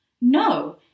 No